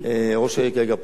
ראש העיר כרגע פתח את זה.